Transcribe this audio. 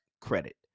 credit